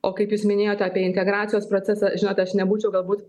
o kaip jūs minėjote apie integracijos procesą žinot aš nebūčiau galbūt